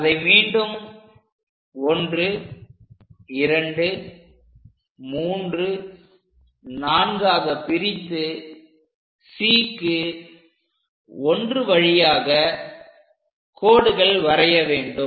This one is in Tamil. அதை மீண்டும் 1234 ஆக பிரித்து Cக்கு 1 வழியாக கோடுகள் வரைய வேண்டும்